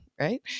right